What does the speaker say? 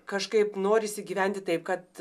kažkaip norisi gyventi taip kad